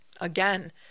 Again